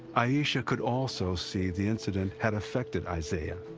aisha could also see the incident had affected izayah.